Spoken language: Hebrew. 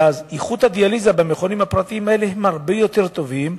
איכות הדיאליזה במכונים הפרטיים האלה היא הרבה יותר טובה.